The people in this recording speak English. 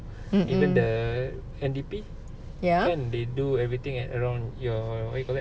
mm mm ya